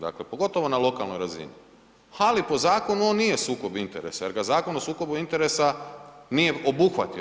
Dakle, pogotovo na lokalnoj razini, ali po zakonu on nije sukob interesa jer ga Zakon o sukobu interesa nije obuhvatio.